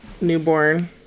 newborn